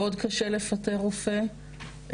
מאוד קשה לפטר רופא.